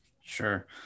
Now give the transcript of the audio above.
Sure